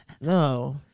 No